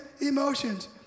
emotions